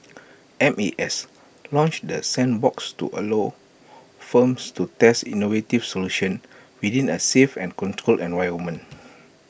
M A S launched the sandbox to allow firms to test innovative solutions within A safe and controlled environment